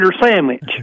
sandwich